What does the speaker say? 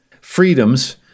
freedoms